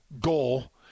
goal